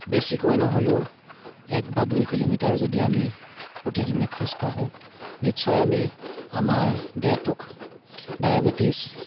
বেছিকৈ নহ'লেও এক বা দুই কিলোমিটাৰ যদি আমি প্ৰতিদিনে খোজ কাঢ়ো নিশ্চয় আমি আমাৰ দেহটোক ডায়েবেটিছ